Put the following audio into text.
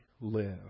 live